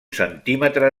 centímetre